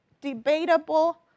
debatable